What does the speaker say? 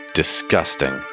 disgusting